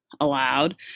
allowed